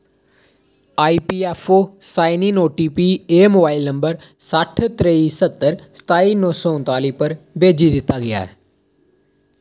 EPFO sign in OTP mobile number सट्ठ त्रेई स्हत्तर सताई नो सो उन्ताली पर भेजी दित्ता गेआ ऐ